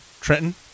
Trenton